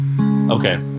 okay